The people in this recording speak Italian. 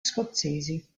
scozzesi